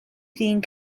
ddyn